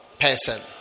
person